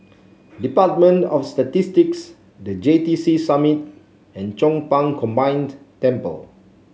Department of Statistics The J T C Summit and Chong Pang Combined Temple